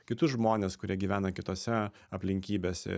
kitus žmones kurie gyvena kitose aplinkybėse